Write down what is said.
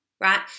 Right